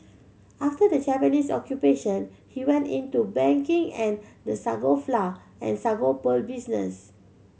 after the Japanese Occupation he went into banking and the sago flour and sago pearl business